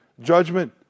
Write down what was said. judgment